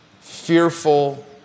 fearful